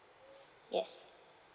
yes